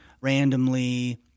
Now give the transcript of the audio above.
randomly